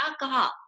alcohol